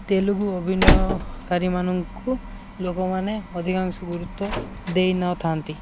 ତେଲୁଗୁ ଅଭିନୟକାରୀ ମାନଙ୍କୁ ଲୋକମାନେ ଅଧିକାଂଶ ଗୁରୁତ୍ୱ ଦେଇନଥାନ୍ତି